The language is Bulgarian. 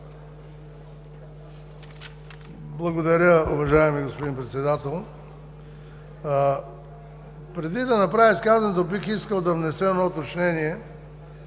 Благодаря, уважаеми господин Председател. Преди да направя изказването, бих искал да внеса едно уточнение.